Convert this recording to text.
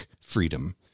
freedom